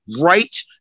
right